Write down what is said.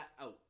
out